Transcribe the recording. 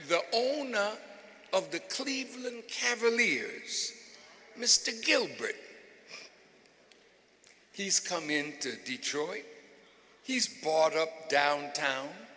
the owner of the cleveland cavaliers mr gilbert he's come into detroit he's bought up downtown